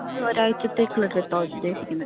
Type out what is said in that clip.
ഞങ്ങൾ ഒരാഴ്ചത്തേക്കുള്ള ട്രിപ്പ് ആണ് ഉദ്ദേശിക്കുന്നത്